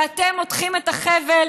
ואתם מותחים את החבל.